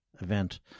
event